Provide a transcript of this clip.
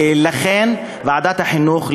ולכן ועדת החינוך,